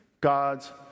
God's